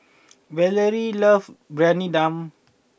Valerie loves Briyani Dum